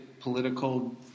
political